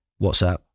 WhatsApp